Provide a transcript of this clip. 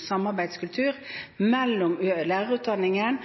samarbeidskultur mellom lærerutdanningen,